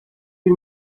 bir